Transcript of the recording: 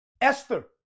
Esther